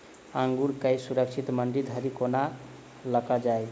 अंगूर केँ सुरक्षित मंडी धरि कोना लकऽ जाय?